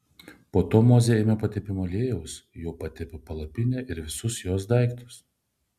po to mozė ėmė patepimo aliejaus juo patepė palapinę ir visus jos daiktus